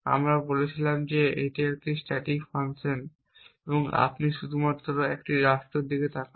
আমরা বলেছিলাম যে এটি একটি স্ট্যাটিক ফাংশন আপনি শুধুমাত্র একটি রাষ্ট্র তাকান